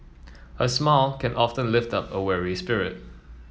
a smile can often lift up a weary spirit